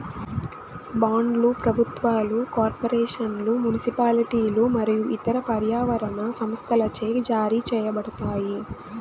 బాండ్లు ప్రభుత్వాలు, కార్పొరేషన్లు, మునిసిపాలిటీలు మరియు ఇతర పర్యావరణ సంస్థలచే జారీ చేయబడతాయి